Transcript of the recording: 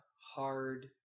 hard